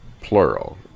plural